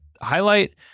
highlight